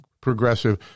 progressive